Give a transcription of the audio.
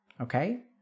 Okay